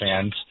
fans